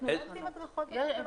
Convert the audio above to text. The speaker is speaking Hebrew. אנחנו לא עושים הדרכות בתקנות.